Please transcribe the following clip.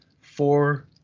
four